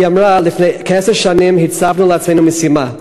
אמרה לפני כעשר שנים: הצבנו לעצמנו משימה,